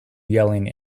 yelling